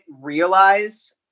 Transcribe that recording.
realize